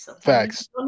Facts